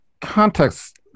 context